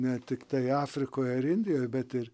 ne tiktai afrikoj ir indijoj bet ir